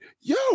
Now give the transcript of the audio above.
Yo